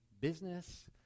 business